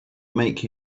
make